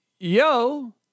Yo